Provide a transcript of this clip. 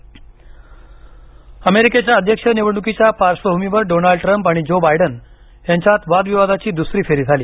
America वादविवाद अमेरिकेच्या अध्यक्षीय निवडणुकीच्या पार्श्वभूमीवर डोनाल्ड ट्रम्प आणि ज्यो बायडन यांच्यात वादविवादाची दुसरी फेरी झाली